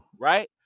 right